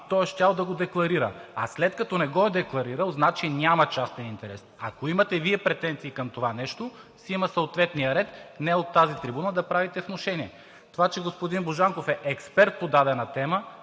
той е щял да го декларира, а след като не го е декларирал, значи няма частен интерес. Ако Вие имате претенции към това, си има съответен ред, а не от трибуната, да правите внушения. Това, че господин Божанков е експерт по дадена тема,